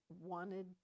wanted